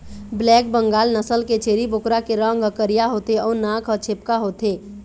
black Bengal नसल के छेरी बोकरा के रंग ह करिया होथे अउ नाक ह छेपका होथे